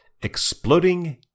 Exploding